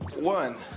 one,